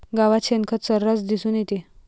गावात शेणखत सर्रास दिसून येते